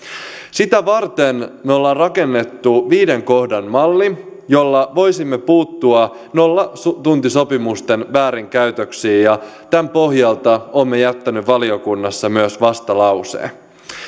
sitä varten me olemme rakentaneet viiden kohdan mallin jolla voisimme puuttua nollatuntisopimusten väärinkäytöksiin ja tämän pohjalta olemme jättäneet valiokunnassa myös vastalauseen